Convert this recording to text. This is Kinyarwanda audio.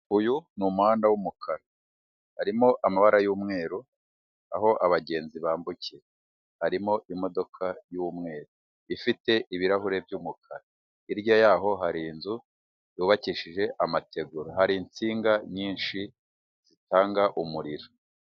Uyu ni umuhanda w'umukara; harimo amabara y'umweru, aho abagenzi bambukiye. Harimo imodoka y'umweru ifite ibirahuri by'umukara, hirya yaho hari inzu yubakishije amategora, hari insinga nyinshi zitanga umuriro.